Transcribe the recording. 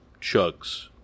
Chugs